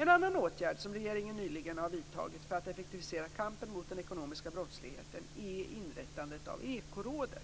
En annan åtgärd som regeringen nyligen har vidtagit för att effektivisera kampen mot den ekonomiska brottsligheten är inrättandet av Ekorådet,